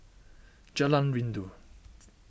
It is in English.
Jalan Rindu